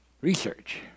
research